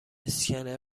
اسکنر